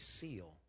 seal